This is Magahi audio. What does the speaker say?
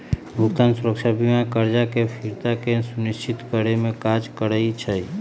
भुगतान सुरक्षा बीमा करजा के फ़िरता के सुनिश्चित करेमे काज करइ छइ